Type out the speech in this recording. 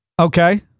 Okay